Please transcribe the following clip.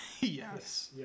yes